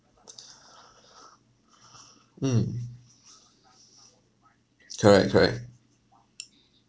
mm correct correct